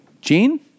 Gene